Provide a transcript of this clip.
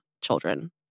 children